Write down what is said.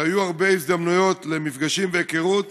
והיו הרבה הזדמנויות למפגשים והיכרות,